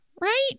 Right